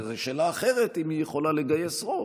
זו שאלה אחרת אם היא יכולה לגייס רוב.